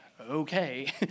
okay